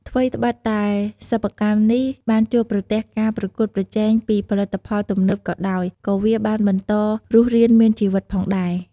ថ្វីត្បិតតែសិប្បកម្មនេះបានជួបប្រទះការប្រកួតប្រជែងពីផលិតផលទំនើបក៏ដោយ ក៏វាបានបន្តរស់រានមានជីវិតផងដេរ។